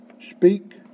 speak